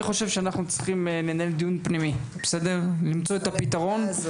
אני חושב שאנחנו צריכים לנהל דיון פנימי ולמצוא את הפתרון.